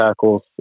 tackles